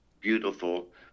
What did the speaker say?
beautiful